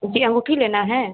जी अंगूठी लेना है